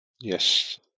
Yes